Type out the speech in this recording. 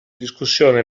discussione